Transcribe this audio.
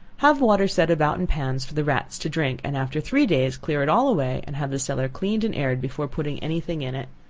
have water set about in pans for the rats to drink, and after three days, clear it all away and have the cellar cleaned and aired before putting any thing in it.